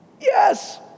Yes